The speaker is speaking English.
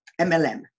MLM